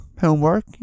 homework